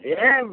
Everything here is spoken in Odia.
ଏଁ